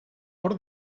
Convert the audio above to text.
hor